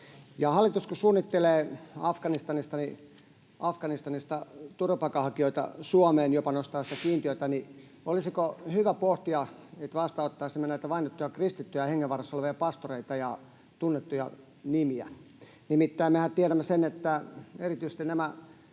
hallitus suunnittelee turvapaikanhakijoiden ottamista Afganistanista Suomeen, jopa nostaa sitä kiintiötä, niin olisiko hyvä pohtia, että vastaanottaisimme näitä vainottuja kristittyjä, hengenvaarassa olevia pastoreita ja tunnettuja nimiä? Nimittäin mehän tiedämme sen, että erityisesti